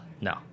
no